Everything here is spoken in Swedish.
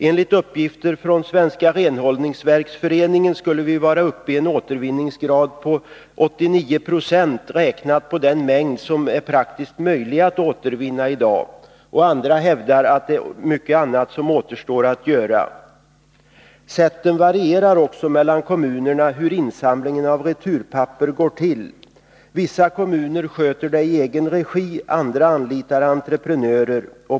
Enligt uppgifter från Svenska renhållningsverksföreningen skulle vi vara uppe i en återvinningsgrad av 89 Zo räknat på den mängd som är praktiskt möjlig att återvinna i dag. Andra hävdar att mycket återstår att göra. Sätten för hur insamlingen av returpapper går till varierar också mellan kommunerna. Vissa kommuner sköter det i egen regi, andra anlitar entreprenörer.